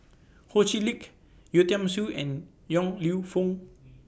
Ho Chee Lick Yeo Tiam Siew and Yong Lew Foong